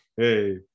Hey